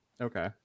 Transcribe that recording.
Okay